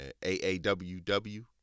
AAWW